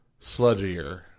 sludgier